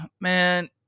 Man